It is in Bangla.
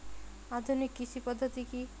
আধুনিক কৃষি পদ্ধতি কী?